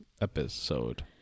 episode